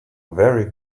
very